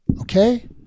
Okay